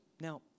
Now